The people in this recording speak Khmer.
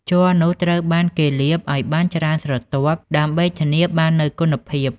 ជ័រនោះត្រូវបានគេលាបឲ្យបានច្រើនស្រទាប់ដើម្បីធានាបាននូវគុណភាព។